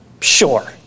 Sure